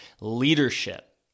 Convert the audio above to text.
leadership